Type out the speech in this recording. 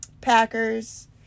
Packers